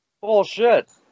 Bullshit